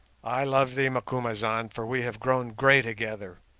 i love thee, macumazahn, for we have grown grey together,